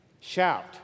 shout